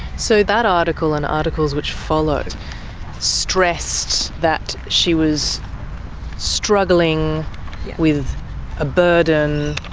so that article and articles which followed stressed that she was struggling with a burden,